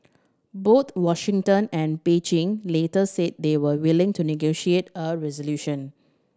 both Washington and Beijing later said they were willing to negotiate a resolution